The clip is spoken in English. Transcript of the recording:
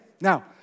Now